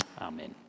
Amen